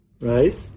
Right